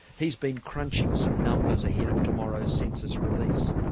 he's been crunching some numbers ahead of tomorrow's census release.